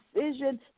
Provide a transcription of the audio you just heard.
decision